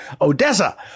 Odessa